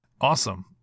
Awesome